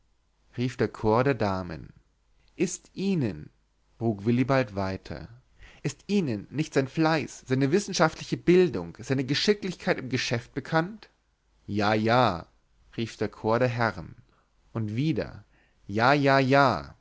rief der chor der damen ist ihnen frug willibald weiter ist ihnen nicht sein fleiß seine wissenschaftliche bildung seine geschicklichkeit im geschäft bekannt ja ja rief der chor der herren und wieder ja ja ja